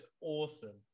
awesome